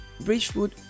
Bridgewood